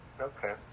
Okay